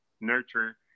Nurture